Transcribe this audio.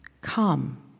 come